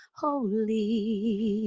holy